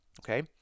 okay